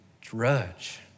drudge